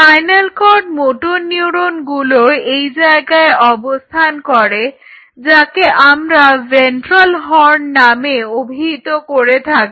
spinal cord motor নিউরনগুলো এই জায়গায় অবস্থান করে যাকে আমরা ভেন্ট্রাল হর্ন নামে অভিহিত করে থাকি